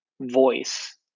voice